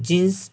jeans